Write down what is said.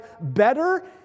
better